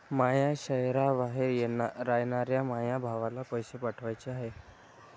माया शैहराबाहेर रायनाऱ्या माया भावाला पैसे पाठवाचे हाय